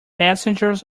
passengers